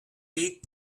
eat